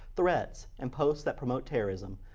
threats and posts that promote terrorism.